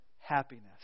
happiness